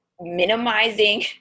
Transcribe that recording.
minimizing